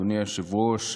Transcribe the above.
אדוני היושב-ראש,